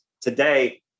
today